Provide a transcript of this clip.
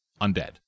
Undead